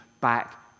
back